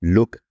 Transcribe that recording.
Look